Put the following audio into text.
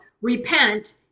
repent